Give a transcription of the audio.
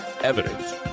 evidence